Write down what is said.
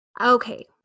Okay